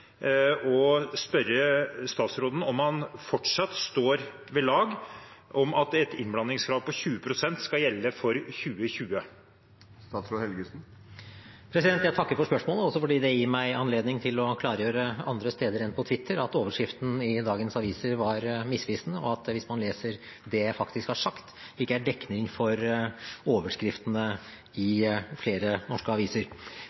spørre statsråden om han fortsatt står ved at et innblandingskrav på 20 pst. skal gjelde for 2020. Jeg takker for spørsmålet, også fordi det gir meg anledning til å klargjøre, andre steder enn på Twitter, at overskriften i dagens aviser var misvisende, og hvis man leser det jeg faktisk har sagt, er det ikke dekning for overskriftene i flere norske aviser.